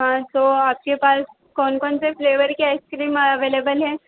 हाँ तो आपके पास कौन कौन से फ्लेवर की आइस क्रीम एवलेवल हैं